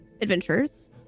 adventures